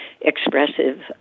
expressive